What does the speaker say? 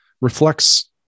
reflects